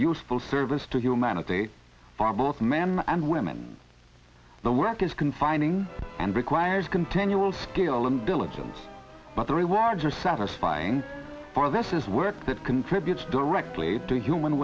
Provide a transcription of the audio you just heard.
useful service to humanity are both men and women the work is confining and requires continual skill and diligence but the rewards are satisfying or this is work that contributes directly to human